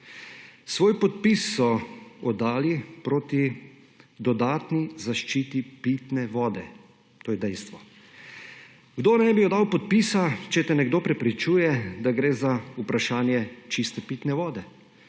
Svoj podpis so oddali proti dodatni zaščiti pitne vode, to je dejstvo. Kdo ne bi oddal podpisa, če te nekdo prepričuje, da gre za vprašanje čiste pitne vode,